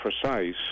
precise